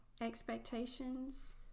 expectations